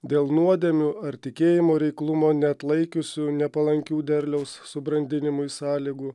dėl nuodėmių ar tikėjimo reiklumo neatlaikiusių nepalankių derliaus subrandinimui sąlygų